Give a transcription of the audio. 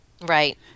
right